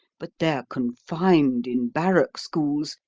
but they're confined in barrack-schools,